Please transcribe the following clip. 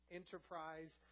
enterprise